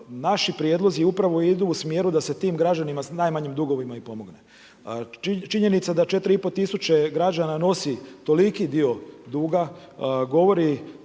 Naši prijedlozi upravo idu u smjeru i da se tim građanima s najmanjim dugovima i pomogne. Činjenica da 4 i pol tisuće građana nosi toliki dio duga, govori